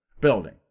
building